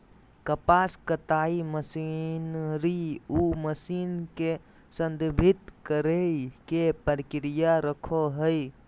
कपास कताई मशीनरी उ मशीन के संदर्भित करेय के प्रक्रिया रखैय हइ